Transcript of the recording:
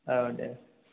औ दे